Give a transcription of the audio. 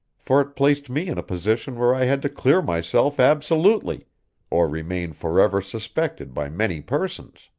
for it placed me in a position where i had to clear myself absolutely or remain forever suspected by many persons.